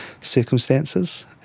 circumstances